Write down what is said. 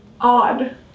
odd